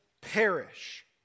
perish